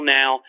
now